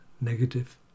negative